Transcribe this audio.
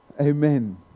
Amen